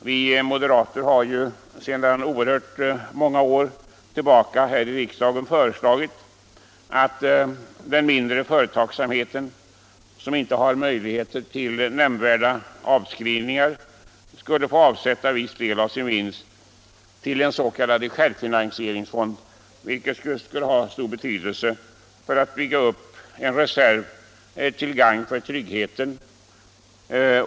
Vi moderater har ju sedan många år tillbaka här i riksdagen föreslagit att den mindre företagsamheten, som inte har möjligheter till nämnvärda avskrivningar, skulle få avsätta en viss del av sin vinst till en s.k. självfinansieringsfond. Detta skulle ha stor betydelse när det gäller att bygga upp en reserv till gagn för tryggheten.